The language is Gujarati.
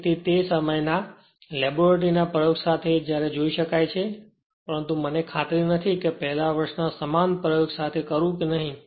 તેથી તે સમયે લેબોરેટરીના પ્રયોગ સાથે જ્યારે આ જોઈ શકાય છે પરંતુ મને ખાતરી નથી કે પહેલા વર્ષના સમાન પ્રયોગ સાથે કરું કે નહીં